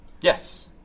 Yes